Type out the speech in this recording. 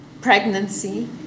Pregnancy